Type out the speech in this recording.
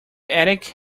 attic